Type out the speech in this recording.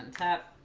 that